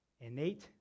innate